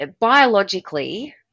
biologically